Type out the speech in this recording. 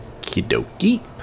Kidoki